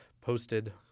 Posted